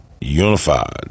unified